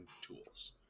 tools